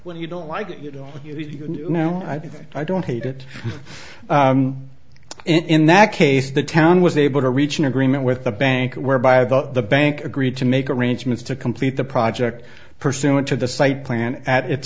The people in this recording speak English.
when you don't like it but you know i think i don't hate it in that case the town was able to reach an agreement with the bank whereby the bank agreed to make arrangements to complete the project pursuant to the site plan at it